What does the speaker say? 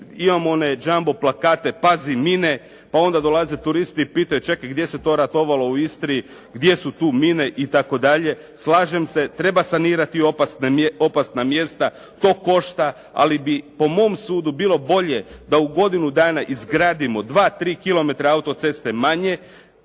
imamo one jumbo plakate "Pazi, mine". Pa onda dolaze turisti i pitaju, čekaj gdje se to ratovalo u Istri, gdje su tu mine itd. Slažem se, treba sanirati opasna mjesta. To košta ali po mom sudu bilo bolje da u godinu dana izgradimo dva, tri kilometra auto-ceste manje